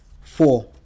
four